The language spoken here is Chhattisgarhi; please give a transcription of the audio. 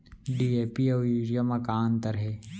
डी.ए.पी अऊ यूरिया म का अंतर हे?